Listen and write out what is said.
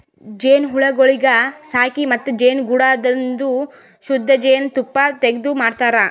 ಜೇನುಹುಳಗೊಳಿಗ್ ಸಾಕಿ ಮತ್ತ ಜೇನುಗೂಡದಾಂದು ಶುದ್ಧ ಜೇನ್ ತುಪ್ಪ ತೆಗ್ದು ಮಾರತಾರ್